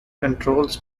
controls